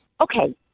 Okay